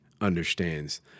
understands